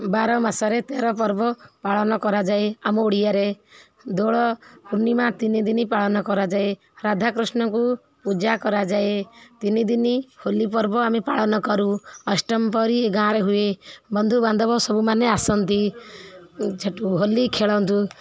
ବାର ମାସରେ ତେର ପର୍ବ ପାଳନ କରାଯାଏ ଆମ ଓଡ଼ିଆରେ ଦୋଳ ପୂର୍ଣ୍ଣିମା ତିନି ଦିନ ପାଳନ କରାଯାଏ ରାଧାକୃଷ୍ଣଙ୍କୁ ପୂଜା କରାଯାଏ ତିନିଦିନ ହୋଲି ପର୍ବ ଆମେ ପାଳନ କରୁ ଅଷ୍ଟମପ୍ରହରି ଗାଁରେ ହୁଏ ବନ୍ଧୁବାନ୍ଧବ ସବୁମାନେ ଆସନ୍ତି ସେଠୁ ହୋଲି ଖେଳନ୍ତି